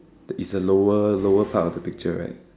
is a lower lower part of the picture right